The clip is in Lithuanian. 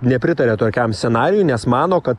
nepritaria tokiam scenarijui nes mano kad